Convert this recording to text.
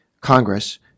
Congress